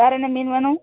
வேறு என்ன மீன் வேணும்